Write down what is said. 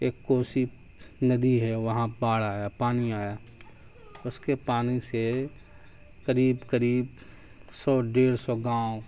ایک کوسی ندی ہے وہاں باڑھ آیا پانی آیا اس کے پانی سے قریب قریب سو ڈیڑھ سو گاؤں